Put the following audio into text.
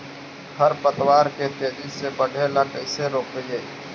खर पतवार के तेजी से बढ़े से कैसे रोकिअइ?